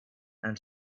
and